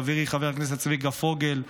חברי חבר הכנסת צביקה פוגל,